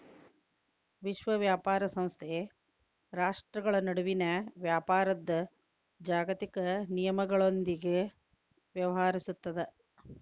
ವಿಶ್ವ ವ್ಯಾಪಾರ ಸಂಸ್ಥೆ ರಾಷ್ಟ್ರ್ಗಳ ನಡುವಿನ ವ್ಯಾಪಾರದ್ ಜಾಗತಿಕ ನಿಯಮಗಳೊಂದಿಗ ವ್ಯವಹರಿಸುತ್ತದ